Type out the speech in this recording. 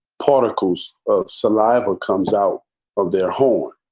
particles of saliva comes out of their hole.